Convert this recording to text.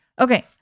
Okay